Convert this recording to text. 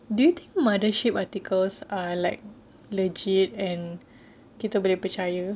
do you think mothership articles are like legit and kita boleh percaya